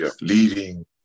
leading